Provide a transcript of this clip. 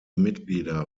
mitglieder